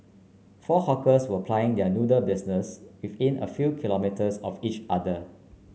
four hawkers were plying their noodle business within a few kilometres of each other